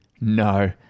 No